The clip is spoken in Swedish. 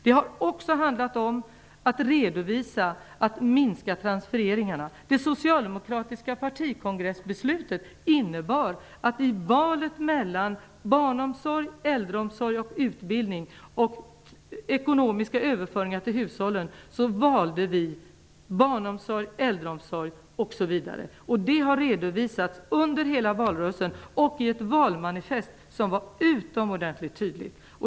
Det har också handlat om att minska transfereringarna. Det socialdemokratiska partikongressbeslutet innebar att vi i valet mellan barnomsorg, äldreomsorg samt utbildning och ekonomiska överföringar till hushållen valde barnomsorg, äldreomsorg osv. Det har redovisats under valrörelsen och i ett valmanifest som var utomordentligt tydligt.